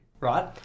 Right